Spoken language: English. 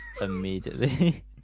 immediately